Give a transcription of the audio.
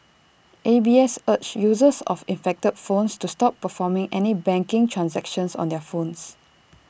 A B S urged users of infected phones to stop performing any banking transactions on their phones